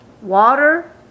water